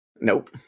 Nope